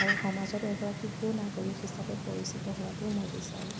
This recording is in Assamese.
আৰু সমাজত এগৰাকী সুনাগৰিক হিচাপে পৰিচিত হোৱাটোও মই বিচাৰোঁ